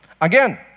Again